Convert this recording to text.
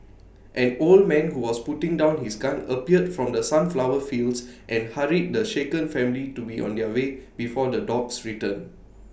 an old man who was putting down his gun appeared from the sunflower fields and hurried the shaken family to be on their way before the dogs return